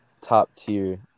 top-tier